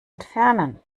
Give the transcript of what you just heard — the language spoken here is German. entfernen